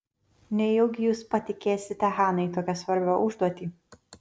nejaugi jūs patikėsite hanai tokią svarbią užduotį